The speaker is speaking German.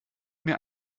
mir